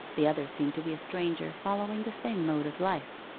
the other seemed to be a stranger following the same mode of life.